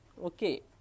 Okay